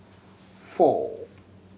four